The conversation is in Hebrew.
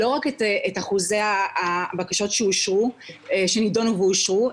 לא רק את אחוזי הבקשות שנידונו ואושרו,